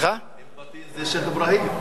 אום-בטין זה שיח'-אברהים.